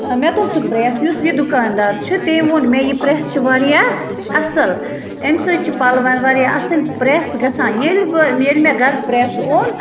ٲں مےٚ تُل سُہ پرٛیٚس یُس یہِ دُکاندار چھُ تٔمۍ ووٚن مےٚ یہِ پرٛیٚس چھُ واریاہ اصٕل اَمہِ سۭتۍ چھُ پَلوَن واریاہ اصٕل پرٛیٚس گژھان ییٚلہِ بہٕ ییٚلہِ مےٚ گَھرٕ پرٛیٚس اوٚن